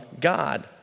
God